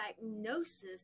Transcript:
diagnosis